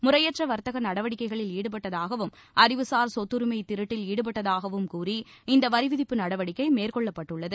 முறையற்ற வர்த்தக நடவடிக்கைகளில் ஈடுபட்டதாகவும் அறிவுசார் சொத்துரிமை திருட்டில் ஈடுபட்டதாகவும் கூறி இந்த வரி விதிப்பு நடவடிக்கை மேற்கொள்ளப்பட்டுள்ளது